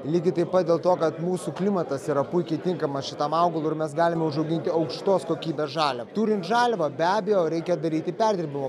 lygiai taip pat dėl to kad mūsų klimatas yra puikiai tinkamas šitam augalui ir mes galime užauginti aukštos kokybės žalia turint žaliavą be abejo reikia daryti perdirbimo